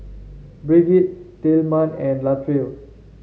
Brigitte Tilman and Latrell